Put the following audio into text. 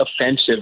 offensive